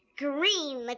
green, like